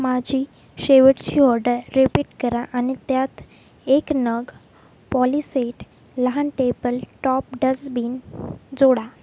माझी शेवटची order repeat करा आणि त्यात एक नग पॉलिसेट लहान टेबल टॉप डस्टबिन जोडा